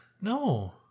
No